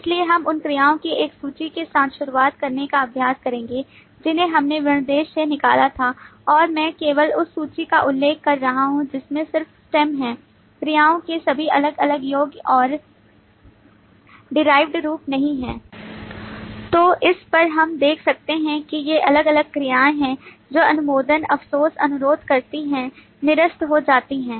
इसलिए हम उन क्रियाओं की एक सूची के साथ शुरुआत करने का प्रयास करेंगे जिन्हें हमने विनिर्देश से निकाला था और मैं केवल उस सूची का उल्लेख कर रहा हूं जिसमें सिर्फ स्टेम है क्रियाओं के सभी अलग अलग योग्य और derived रूप नहीं हैं तो इस पर हम देख सकते हैं कि ये अलग अलग क्रियाएं हैं जो अनुमोदन अफसोस अनुरोध करती हैं निरस्त हो जाती हैं